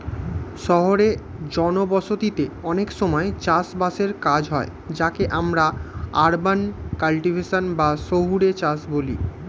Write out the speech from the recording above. শহুরে জনবসতিতে অনেক সময় চাষ বাসের কাজ হয় যাকে আমরা আরবান কাল্টিভেশন বা শহুরে চাষ বলি